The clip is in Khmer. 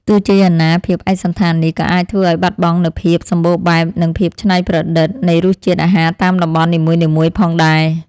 ទោះជាយ៉ាងណាភាពឯកសណ្ឋាននេះក៏អាចធ្វើឲ្យបាត់បង់នូវភាពសម្បូរបែបនិងភាពច្នៃប្រឌិតនៃរសជាតិអាហារតាមតំបន់នីមួយៗផងដែរ។